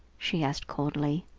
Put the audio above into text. she asked coldly.